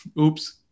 Oops